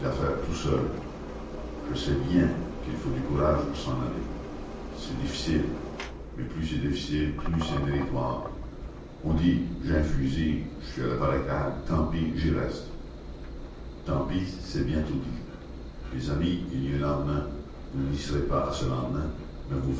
tout seuls je sais bien qu'il faut du courage pour s'en aller c'est difficile mais plus c'est difficile plus c'est méritoire on dit j'ai un fusil je suis à la barricade tant pis j'y reste tant pis c'est bientôt dit mes amis il y a un lendemain vous n'y serez pas à ce lendemain mais vos